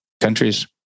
countries